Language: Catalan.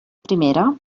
primera